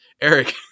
Eric